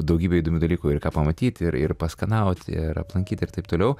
daugybė įdomių dalykų ir ką pamatyt ir ir paskanaut ir aplankyt ir taip toliau